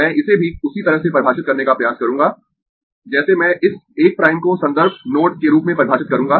मैं इसे भी उसी तरह से परिभाषित करने का प्रयास करूंगा जैसे मैं इस 1 प्राइम को संदर्भ नोड के रूप में परिभाषित करूँगा